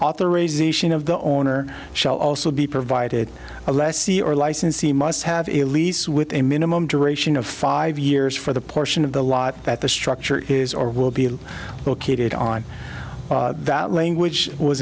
authorisation of the owner shall also be provided a lessee or licensee must have a lease with a minimum duration of five years for the portion of the lot that the structure is or will be located on that language was